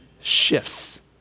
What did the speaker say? shifts